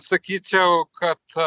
sakyčiau kad